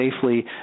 safely